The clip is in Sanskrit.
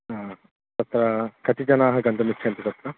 आ ह तत्र कति जनाः गन्तुमिच्छन्ति तत्र